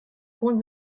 hohen